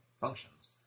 functions